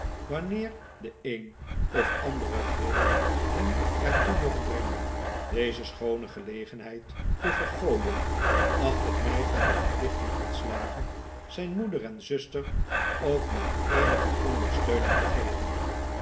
wanneer de een of andere gill hem er toe mocht brengen deze schoone gelegenheid te vergooien acht ik mij van de verplichting ontslagen zijn moeder en zuster ook maar eenige ondersteuning te geven